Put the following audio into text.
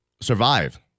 Survive